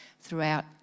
throughout